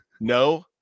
no